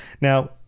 Now